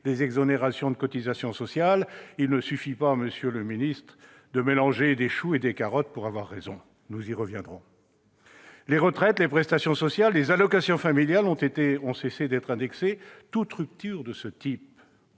les exonérations de cotisations sociales. Il ne suffit pas, monsieur le secrétaire d'État, de mélanger des choux et des carottes pour avoir raison ; nous y reviendrons. Les retraites, les prestations sociales, les allocations familiales ont cessé d'être indexées. Toute rupture de ce type est